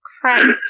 Christ